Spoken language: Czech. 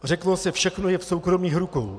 Řeklo se, všechno je v soukromých rukou.